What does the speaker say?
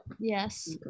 Yes